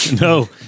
no